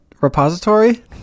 repository